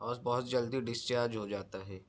اور بہت جلدی ڈسچارج ہو جاتا ہے